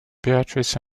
beatrice